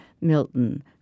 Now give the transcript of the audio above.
Milton